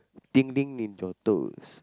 tingling in your toes